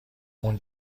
اون